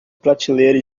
prateleira